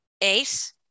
ace